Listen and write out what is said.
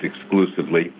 exclusively